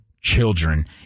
children